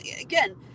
Again